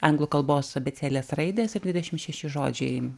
anglų kalbos abėcėlės raidės ir dvidešim šeši žodžiai